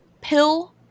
pill